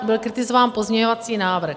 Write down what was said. Byl tady kritizován pozměňovací návrh.